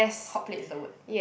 hotplate is the word